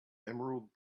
emerald